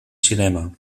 cinema